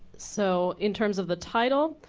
so, in terms of the title,